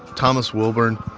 thomas wilburn,